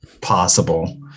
possible